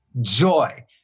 joy